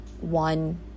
one